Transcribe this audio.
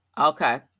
okay